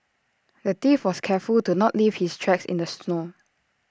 the thief was careful to not leave his tracks in the snow